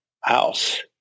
house